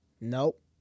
Nope